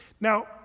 Now